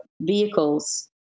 vehicles